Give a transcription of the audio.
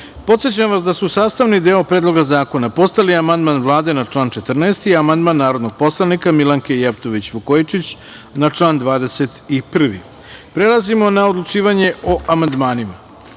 načelu. Podsećam vas da su sastavni deo Predloga zakona postali amandman Vlade na član 14. i amandman narodnog poslanika Milanke Jevtović Vukojičić na član 21.Prelazimo na odlučivanje o amandmanima. Na